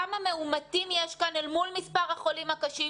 כמה מאומתים יש כאן אל מול מספר החולים הקשים.